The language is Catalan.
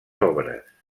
obres